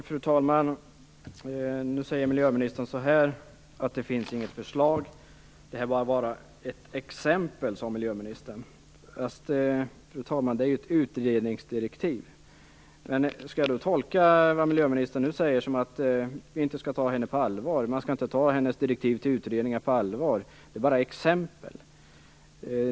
Fru talman! Miljöministern säger att det inte finns något förslag, att det här bara var "ett exempel". Men, fru talman, det är ju ett utredningsdirektiv. Skall jag då tolka det miljöministern säger som att vi inte skall ta henne på allvar, att hennes direktiv till utredningar inte skall tas på allvar, eftersom de bara är exempel?